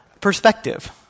perspective